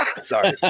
Sorry